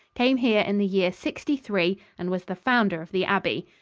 came here in the year sixty three and was the founder of the abbey.